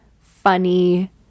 funny